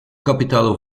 capital